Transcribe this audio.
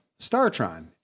StarTron